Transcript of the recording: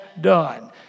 done